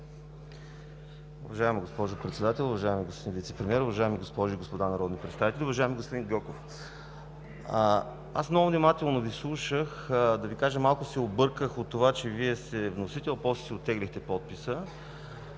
Уважаема госпожо Председател, уважаеми господин Вицепремиер, уважаеми госпожи и господа народни представители! Уважаеми господин Гьоков, аз много внимателно Ви слушах. Да Ви кажа, малко се обърках от това, че Вие сте вносител, а после си оттеглихте подписа.